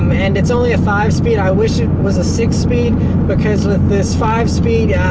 um and it's only a five speed. i wish it was a six speed because, with this five speed, yeah